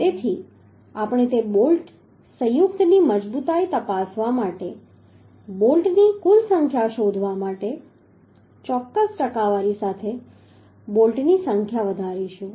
તેથી આપણે તે બોલ્ટ સંયુક્તની મજબૂતાઈ તપાસવા માટે બોલ્ટની કુલ સંખ્યા શોધવા માટે ચોક્કસ ટકાવારી સાથે બોલ્ટની સંખ્યા વધારીશું